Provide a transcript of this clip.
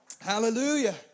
Hallelujah